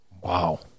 Wow